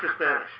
Spanish